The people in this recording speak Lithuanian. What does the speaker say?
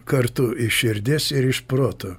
kartu iš širdies ir iš proto